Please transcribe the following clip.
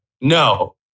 No